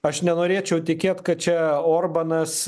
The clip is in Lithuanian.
aš nenorėčiau tikėt kad čia orbanas